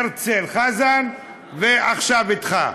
הרצל חזן, ועכשיו אתך.